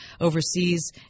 overseas